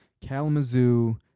Kalamazoo